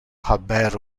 haber